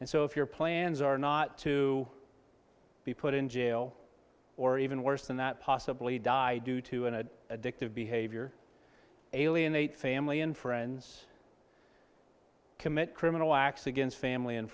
and so if your plans are not to be put in jail or even worse than that possibly die due to an addictive behavior alienate family and friends commit criminal acts against family and